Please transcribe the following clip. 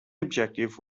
objective